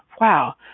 Wow